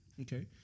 Okay